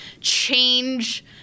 change